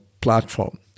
platform